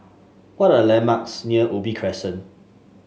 what are landmarks near Ubi Crescent